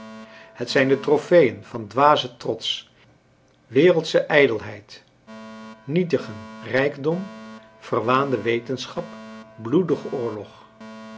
het zijn de tropeeën van dwazen trots wereldsche ijdelheid nietigen rijkdom verwaande wetenschap bloedigen oorlog